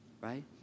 right